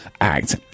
act